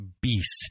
beast